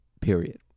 period